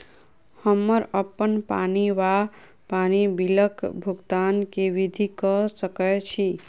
हम्मर अप्पन पानि वा पानि बिलक भुगतान केँ विधि कऽ सकय छी?